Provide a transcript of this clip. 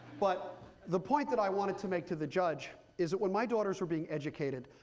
but the point that i wanted to make to the judge is that when my daughters were being educated,